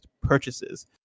purchases